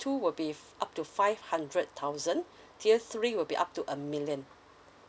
two will be f~ up to five hundred thousand tier three will be up to a million